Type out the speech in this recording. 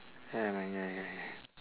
ya man ya ya ya